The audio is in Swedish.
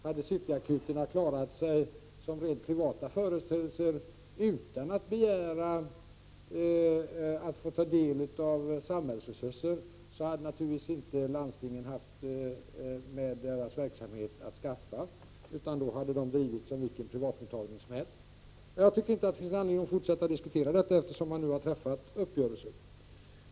Hade cityakuterna klarat sig som rent privata företeelser utan att begära att få ta del av samhällets resurser, hade naturligtvis inte landstingen med deras verksamhet att skaffa. Då hade de drivits som vilka privatmottagningar som helst. Det finns inte anledning att diskutera denna fråga vidare, eftersom man nu alltså har träffat uppgörelser.